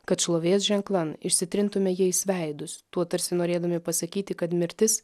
kad šlovės ženklan išsitrintume jais veidus tuo tarsi norėdami pasakyti kad mirtis